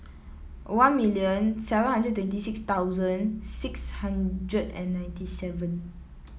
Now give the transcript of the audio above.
one million seven hundred twenty six thousand six hundred and ninety seven